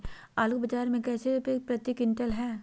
आलू बाजार मे कैसे रुपए प्रति क्विंटल है?